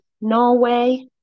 Norway